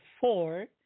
four